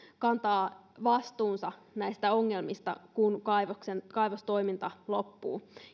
kantaa vastuunsa näistä ongelmista kun kaivostoiminta loppuu